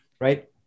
right